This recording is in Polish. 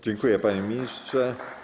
Dziękuję, panie ministrze.